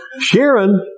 Sharon